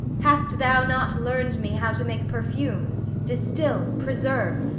hast thou not learn'd me how to make perfumes? distil preserve?